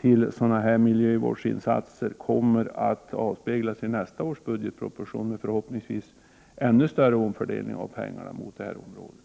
till sådana här miljövårdsinsatser kommer att avspegla sig i nästa års budgetproposition med en förhoppningsvis ännu större omfördelning av pengar mot detta område.